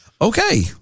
Okay